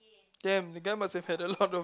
damn the guy must have had a lot of